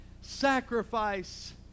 sacrifice